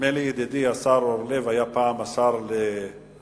נדמה לי שידידי השר אורלב היה פעם שר הרווחה.